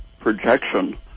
projection